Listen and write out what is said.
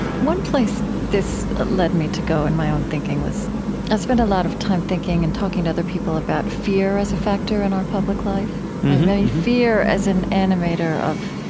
one place this led me to go in my own thinking was i've spent a lot of time thinking and talking to other people about fear as a factor in our public life mm-hmm fear as an animator of